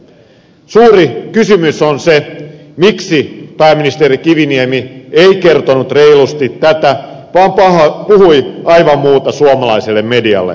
suuri kysymys on se miksi pääministeri kiviniemi ei kertonut reilusti tätä vaan puhui aivan muuta suomalaiselle medialle